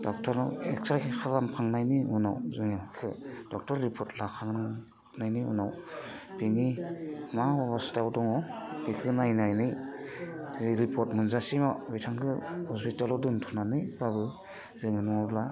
ड'क्टरनाव एक्सरे खालामखांनायनि उनाव जोङो बिखो ड'क्टर रिपर्ट लाखांनायनि उनाव बिनि मा अबस्थायाव दङ बेखौ नायनानै रिपर्ट मोनजासिमाव बिथांखो हस्पिटालाव दोन्थ'नानैब्लाबो जोङो नङाब्ला